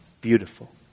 beautiful